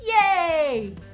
Yay